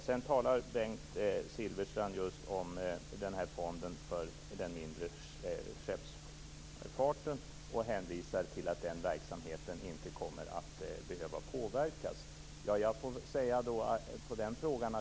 Bengt Silfverstrand talar om Fonden för den mindre skeppsfarten och hänvisar till att den verksamheten inte kommer att behöva påverkas.